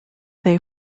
they